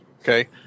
okay